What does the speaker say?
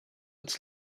its